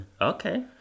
okay